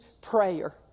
prayer